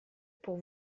pour